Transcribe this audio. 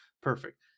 perfect